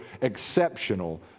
exceptional